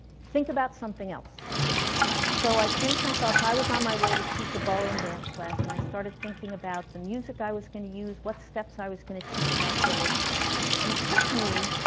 think about something else so i changed my thoughts, i was on my way to teach a ballroom dance class and i started thinking about the music i was gonna use, what steps i was gonna teach that day and it took me,